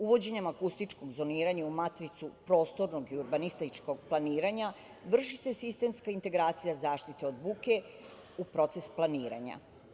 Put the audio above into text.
Uvođenjem akustičnog zoniranja u maticu prostornog i urbanističkog planiranja vrši se sistemska integracija zaštita od buke u proces planiranja.